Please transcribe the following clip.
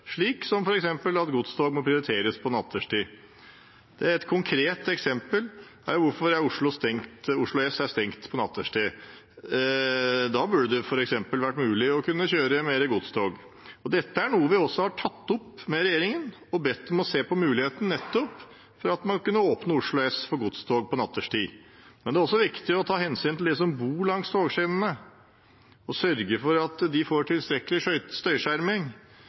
slik som f.eks. at godstog må prioriteres på nattestid. Et konkret eksempel: Hvorfor er Oslo S stengt på nattestid? Da burde det være mulig å kunne kjøre flere godstog. Dette er noe vi har tatt opp med regjeringen og bedt om å se på muligheten for å kunne åpne Oslo S for godstog på nattestid. Men det er også viktig å ta hensyn til de som bor langs togskinnene, og sørge for at de får tilstrekkelig støyskjerming.